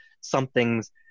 something's